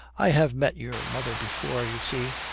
i have met your mother before, you see.